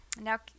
Now